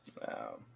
Wow